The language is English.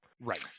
right